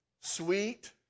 Sweet